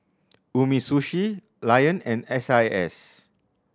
Umisushi Lion and S I S